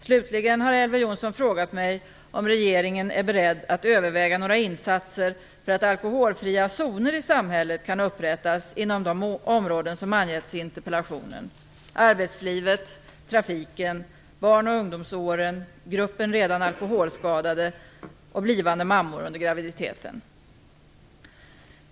Slutligen har Elver Jonsson frågat mig om regeringen är beredd att överväga några insatser för att alkoholfria zoner i samhället kan upprättas inom de områden som angetts i interpellationen: arbetslivet, trafiken, barn-och ungdomsåren, gruppen redan alkoholskadade samt blivande mammor under graviditeten.